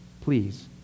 Please